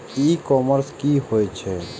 ई commerce की होय छेय?